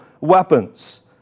weapons